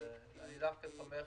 אני דווקא תומך